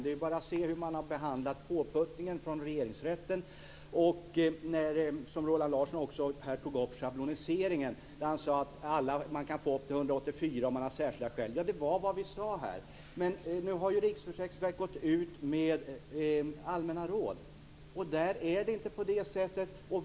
Se bara hur man behandlat påputtningen från Regeringsrätten och schabloniseringen, som Roland Larsson tog upp här, och som innebär att man kan få upp till 184 kr om man har särskilda skäl! Det var vad vi sade i riksdagen, men nu har Riksförsäkringsverket gått ut med allmänna råd där det inte är på det sättet.